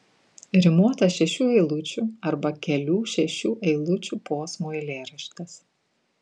rimuotas šešių eilučių arba kelių šešių eilučių posmų eilėraštis